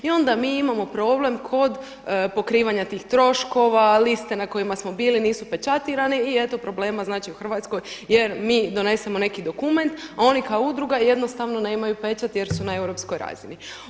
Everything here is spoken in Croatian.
I onda mi imamo problem kod pokrivanja tih troškova, liste na kojima smo bili nisu pečatirane i eto problema znači u Hrvatskoj jer mi donesemo neki dokument, a oni kao udruga jednostavno nemaju pečat jer su na europskoj razni.